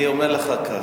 אני אומר לך כך: